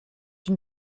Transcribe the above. une